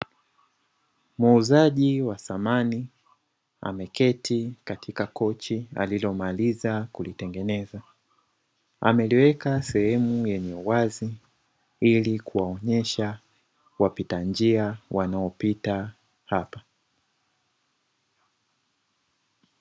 Muuzaji wa samani ameketi katika kochi alilomaliza kulitengeneza, ameliweka sehemu yenye uwazi ili kuwaonyesha wapita njia wanaopita hapa.